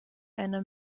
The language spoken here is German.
einer